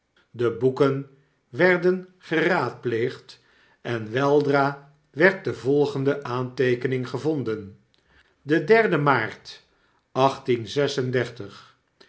de boeken werden geraadpleegd en weldra werd de volgende aanteekening gevonden de derde maart